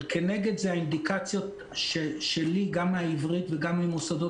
אבל כנגד זה האינדיקציות שלי גם מהעברית וגם ממוסדות